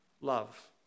love